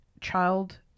child